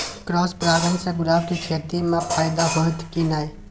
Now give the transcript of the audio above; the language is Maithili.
क्रॉस परागण से गुलाब के खेती म फायदा होयत की नय?